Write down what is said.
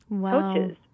coaches